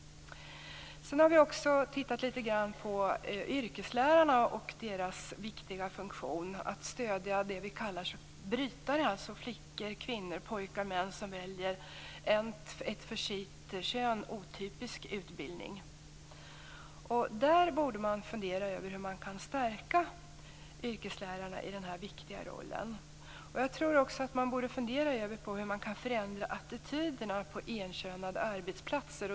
Vi har tittat litet grand på yrkeslärarnas viktiga funktion att stödja dem vi kallar brytare, alltså flickor eller pojkar som väljer en för sitt kön atypisk utbildning. Man borde fundera över hur man kan stärka yrkeslärarna i denna viktiga roll. Man borde också fundera över hur man kan förändra attityderna på enkönade arbetsplatser.